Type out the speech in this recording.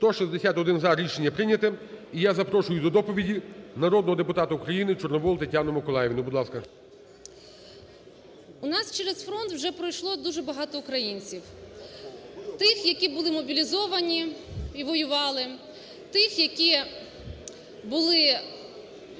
За-161 Рішення прийняте. І запрошую до доповіді народного депутата України Чорновол Тетяну Миколаївну. Будь ласка. 17:32:42 ЧОРНОВОЛ Т.М. У нас через фронт вже пройшло дуже багато українців: тих, які були мобілізовані і воювали; тих, які були